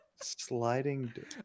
Sliding